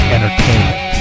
Entertainment